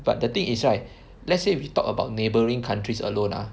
but the thing is right let's say we talked about neighbouring countries alone ah